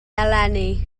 eleni